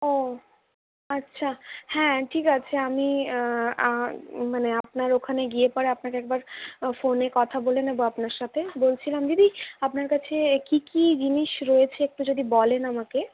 ও আচ্ছা হ্যাঁ ঠিক আছে আমি মানে আপনার ওখানে গিয়ে পরে আপনাকে একবার ফোনে কথা বলে নেব আপনার সাথে বলছিলাম দিদি আপনার কাছে কী কী জিনিস রয়েছে একটু যদি বলেন আমাকে